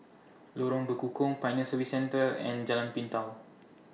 Lorong Bekukong Pioneer Service Centre and Jalan Pintau